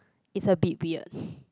it's a bit weird